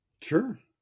Sure